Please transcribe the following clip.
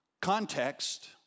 context